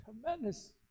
tremendous